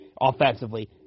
offensively